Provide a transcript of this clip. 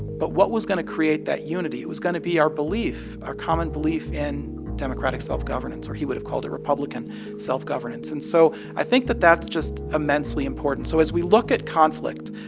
but what was going to create that unity? it was going to be our belief our common belief in democratic self-governance. or he would have called it republican self-governance. and so i think that that's just immensely important. so as we look at conflict,